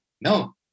No